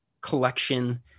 collection